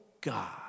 God